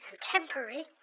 temporary